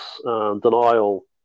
denial